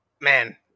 Man